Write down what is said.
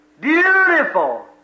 beautiful